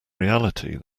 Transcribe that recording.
reality